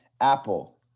Apple